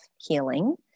healing